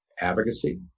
advocacy